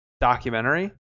documentary